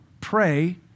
pray